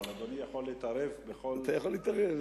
אבל אדוני יכול להתערב בכל, אתה יכול להתערב.